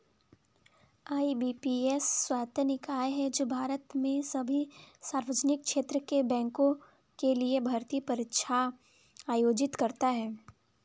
IBPS स्वायत्त निकाय है जो भारत में सभी सार्वजनिक क्षेत्र के बैंकों के लिए भर्ती परीक्षा आयोजित करता है